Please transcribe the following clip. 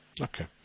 Okay